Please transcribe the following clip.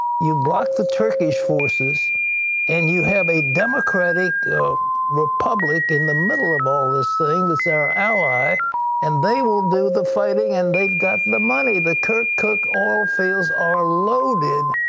you block the turkish forces and you have a democratic republic in the middle of all this thing that's our ally and they will do the fighting and they have got the money. the kirkuk oilfields are loaded.